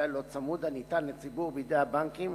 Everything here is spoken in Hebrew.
הלא-צמוד הניתן לציבור בידי הבנקים,